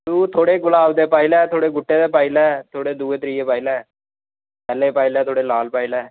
तू थोह्ड़े गुलाब दे पाई लै थोह्ड़े गुट्टे दे पाई लै थोह्ड़े दूए त्रीए पाई लै सैल्ले पाई लै थोह्ड़े लाल पाई लै